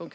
Jag